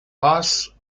race